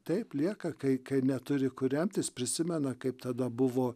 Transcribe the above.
taip lieka kai kai neturi kuo remtis prisimena kaip tada buvo